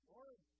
Lord